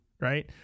Right